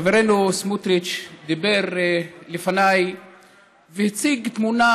חברנו סמוטריץ דיבר לפניי והציג תמונה,